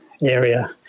area